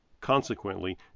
Consequently